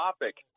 topic